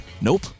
Nope